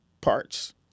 parts